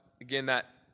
again—that